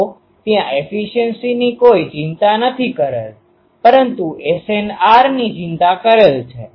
તોત્યાં એફિસિએન્સીની ચિંતા નથી કરેલ પરંતુ SNRની ચિંતા કરેલ છે